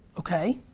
okay.